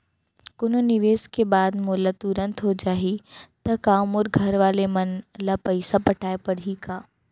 कोनो निवेश के बाद मोला तुरंत हो जाही ता का मोर घरवाले मन ला पइसा पटाय पड़ही का?